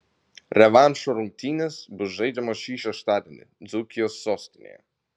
revanšo rungtynės bus žaidžiamos šį šeštadienį dzūkijos sostinėje